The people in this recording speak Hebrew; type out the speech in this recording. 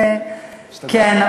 אבל ממשיכים מחר,